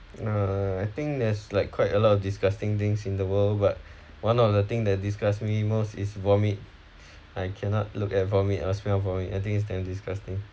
uh I think there's like quite a lot of disgusting things in the world but one of the thing that disgusts me most is vomit I cannot look at vomit or smell vomit I think it's damn disgusting